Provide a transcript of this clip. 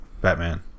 Batman